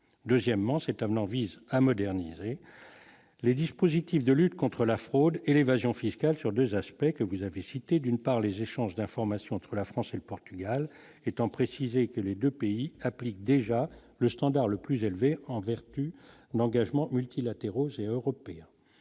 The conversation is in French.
deuxièmement, c'est un plan vise à moderniser les dispositifs de lutte contre la fraude et l'évasion fiscale sur 2 aspects, que vous avez cités, d'une part, les échanges d'informations. La France et le Portugal, étant précisé que les 2 pays appliquent déjà le standard le plus élevé en vertu d'engagements multilatéraux géant européen,